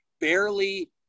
barely